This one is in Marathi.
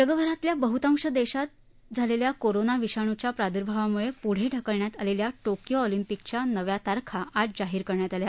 जगभरातल्या बहतांश देशात झालेल्या कोरोना विषाणूच्या प्रादर्भावामुळे पुढे ढकलण्यात आलेल्या टोकियो ऑलिम्पिकच्या नव्या तारखा आज जाहीर करण्यात आल्या